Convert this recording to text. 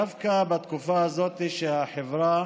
דווקא בתקופה הזאת, שהחברה